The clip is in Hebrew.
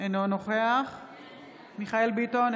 אינו נוכח מיכאל מרדכי ביטון,